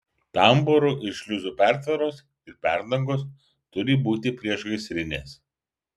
tambūrų ir šliuzų pertvaros ir perdangos turi būti priešgaisrinės